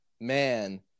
man